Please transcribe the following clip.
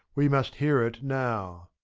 we must hear it now.